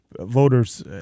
voters